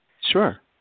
Sure